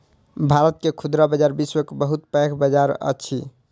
भारत के खुदरा बजार विश्व के बहुत पैघ बजार अछि